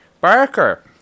Barker